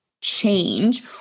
change